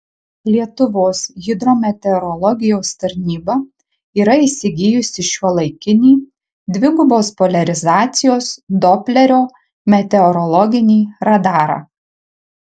lietuvos hidrometeorologijos tarnyba yra įsigijusi šiuolaikinį dvigubos poliarizacijos doplerio meteorologinį radarą